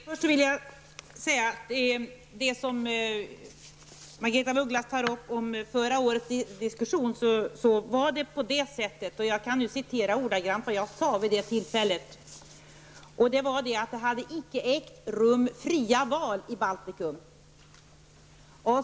Herr talman! När det gäller det som Margaretha af Ugglas tog upp om förra årets diskussion vill jag först nämna hur det förhöll sig. Det hade icke ägt rum fria val i Baltikum -- det är ordagrant vad jag sade vid det tillfället.